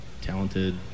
talented